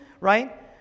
right